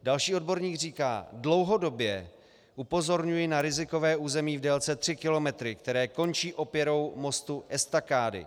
Další odborník říká: Dlouhodobě upozorňuji na rizikové území v délce 3 km, které končí opěrou mostu estakády.